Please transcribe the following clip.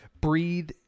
breathe